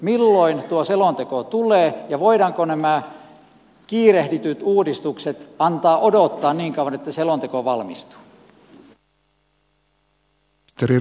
milloin tuo selonteko tulee ja voidaanko näiden kiirehdittyjen uudistusten antaa odottaa niin kauan että selonteko valmistuu